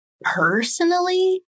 personally